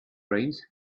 brains